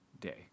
day